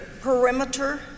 perimeter